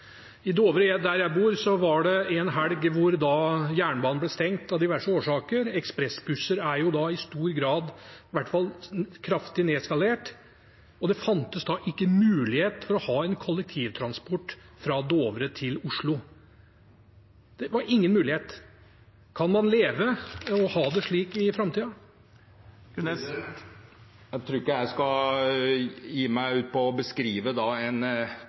helg av diverse årsaker. Ekspressbusser er i stor grad kraftig nedskalert, og det fantes ikke mulighet for kollektivtransport fra Dovre til Oslo. Det var ingen mulighet. Kan man leve og ha det slik i framtiden? Jeg tror ikke jeg skal begi meg ut på å kommentere en